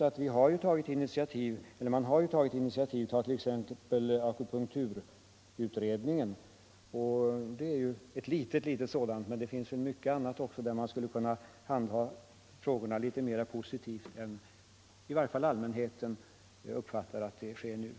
Skulle man inte kunna tänka sig att det fanns en liten grupp inom